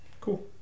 cool